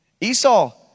Esau